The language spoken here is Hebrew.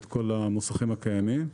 את כל המוסכים הקיימים,